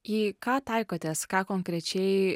į ką taikotės ką konkrečiai